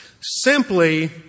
simply